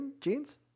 jeans